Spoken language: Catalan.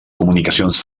comunicacions